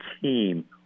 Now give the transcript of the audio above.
team